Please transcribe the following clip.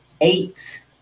eight